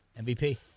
MVP